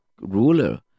Ruler